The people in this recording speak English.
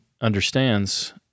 understands